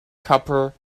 copper